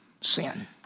sin